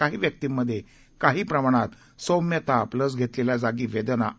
काही व्यक्तींमध्ये काही प्रमाणात सौम्यताप लस घेतलेल्या जागी वेदनालसीशी